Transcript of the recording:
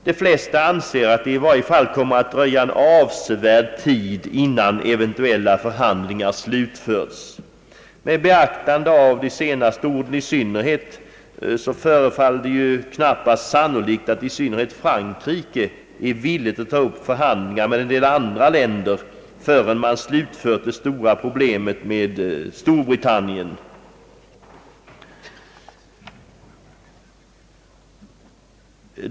De flesta anser att det i varje fall kommer att dröja avsevärd tid innan eventueila förhandlingar slutförts.» Särskilt med beaktande av de sista orden förefaller det knappast sannolikt att i synnerhet Frankrike är villigt att ta upp förhandlingar med en del andra länder förrän man slutfört det stora problemet med Storbritannien.